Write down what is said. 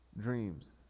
dreams